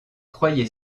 croyez